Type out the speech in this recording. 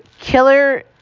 Killer